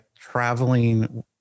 traveling